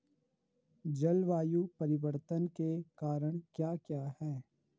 जलवायु परिवर्तन के कारण क्या क्या हैं?